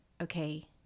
okay